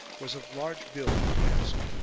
was of large build and handsome